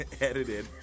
edited